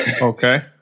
Okay